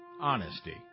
honesty